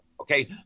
Okay